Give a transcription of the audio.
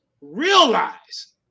realize